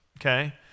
okay